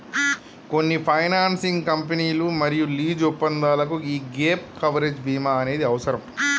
కొన్ని ఫైనాన్సింగ్ కంపెనీలు మరియు లీజు ఒప్పందాలకు యీ గ్యేప్ కవరేజ్ బీమా అనేది అవసరం